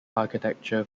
architecture